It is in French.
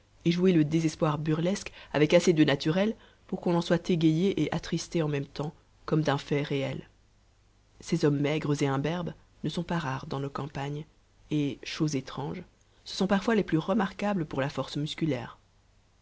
et jouer le désespoir burlesque avec assez de naturel pour qu'on en soit égayé et attristé en même temps comme d'un fait réel ces hommes maigres et imberbes ne sont pas rares dans nos campagnes et chose étrange ce sont parfois les plus remarquables pour la force musculaire